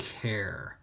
care